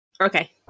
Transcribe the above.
Okay